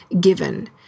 given